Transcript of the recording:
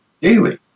daily